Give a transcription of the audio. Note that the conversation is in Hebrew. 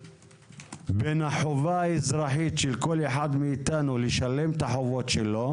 בין החובה האזרחית של כל אחד מאיתנו לשלם את החובות שלו